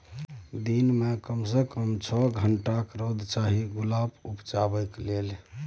दिन मे कम सँ कम छअ घंटाक रौद चाही गुलाब उपजेबाक लेल